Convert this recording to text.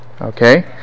okay